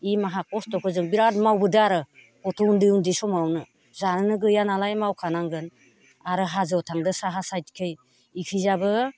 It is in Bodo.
बि माखा कस्त'खौ जों बिरात मावबोदों आरो गथ' उन्दै उन्दै समावनो जानो गैया नालाय मावखानांगोन आरो हाजोआव थांदो साहा सायदखै बिथिंजाबो